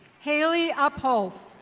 haley upholt.